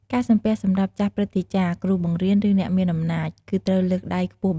ការសំពះសម្រាប់ចាស់ព្រឹទ្ធាចារ្យ គ្រូបង្រៀន ឬអ្នកមានអំណាច គឺត្រូវលើកដៃខ្ពស់បន្តិច ត្រឹមចង្កា ឬច្រមុះ រួចឱនក្បាលជ្រៅជាង។